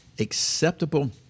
acceptable